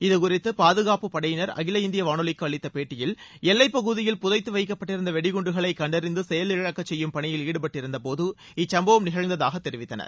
இது குறித்து பாதுகாப்பு படையினர் அகில இந்திய வானொலிக்கு அளித்த பேட்டியில் எல்லை பகுதியில் புதைத்து வைக்கப்பட்டிருந்த வெடிகுண்டுகளை கண்டறிந்து செயல் இழக்க செய்யும் பணியில் ஈடுபட்டிருந்தபோது இச்சும்பவம் நிகழ்ந்தாக தெரிவித்தனர்